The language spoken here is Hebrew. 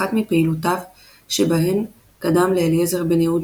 אחת מפעולותיו שבהן קדם לאליעזר בן-יהודה